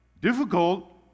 difficult